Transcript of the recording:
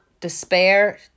despair